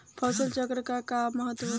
फसल चक्रण क का महत्त्व बा?